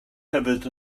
hefyd